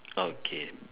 okay